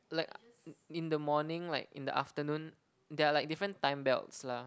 like u~ in the morning like in the afternoon there are like different time belts lah